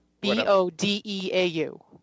B-O-D-E-A-U